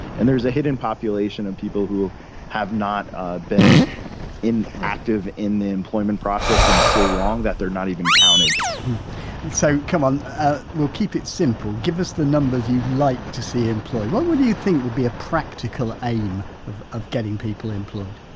and there's a hidden population of people who have not ah been in active in the employment process in so long that they're not even counted so, come on, ah we'll keep it simple, give us the numbers you'd like to see employed, what would you think would be a practical aim of of getting people employed?